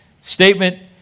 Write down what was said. Statement